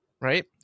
right